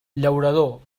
llaurador